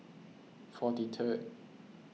forty third